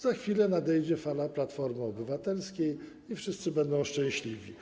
Za chwilę nadejdzie fala Platformy Obywatelskiej i wszyscy będą szczęśliwi.